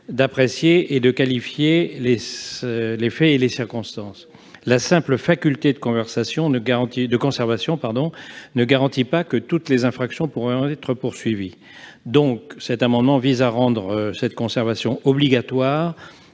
d'apprécier et de qualifier les faits et les circonstances. La simple faculté de conservation ne garantit pas que toutes les infractions pourront être poursuivies. C'est pourquoi le présent amendement vise à rendre la conservation obligatoire